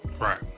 Right